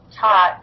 talk